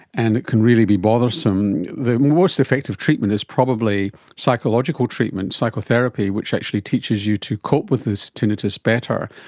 and it can really be bothersome, the most effective treatment is probably psychological treatment, psychotherapy, which actually teaches you to cope with this tinnitus better.